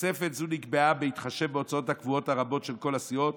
תוספת זו נקבעה בהתחשב בהוצאות הקבועות הרבות של כל הסיעות